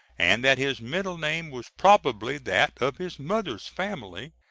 and that his middle name was probably that of his mother's family,